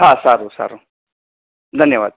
હા સારું સારું ધન્યવાદ